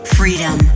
freedom